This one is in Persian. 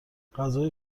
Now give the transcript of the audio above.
غذای